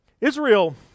Israel